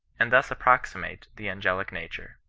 and thus approximate the angelic nature.